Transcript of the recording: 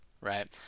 right